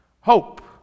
Hope